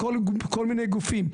כל מיני גופים.